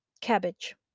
Cabbage